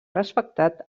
respectat